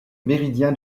méridien